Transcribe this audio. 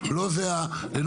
לא זו הנקודה.